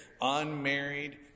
unmarried